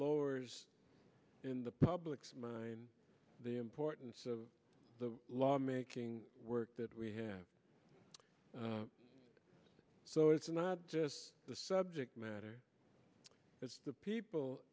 lowers in the public's mind the importance of the law making work that we have so it's not just the subject matter it's the people